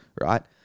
Right